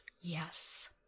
Yes